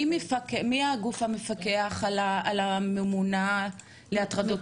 מי הגוף המפקח על הממונה להטרדות מיניות?